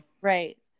right